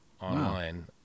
online